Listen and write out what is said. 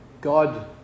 God